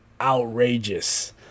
outrageous